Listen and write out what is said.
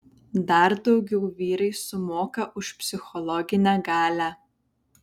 dar daugiau vyrai sumoka už psichologinę galią